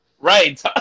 Right